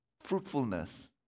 fruitfulness